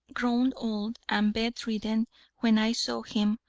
grown old and bedridden when i saw him,